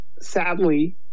sadly